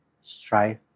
strife